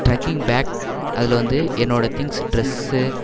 trekking bag அதில் வந்து என்னோட திங்க்ஸு ட்ரெஸ்ஸு